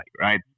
Right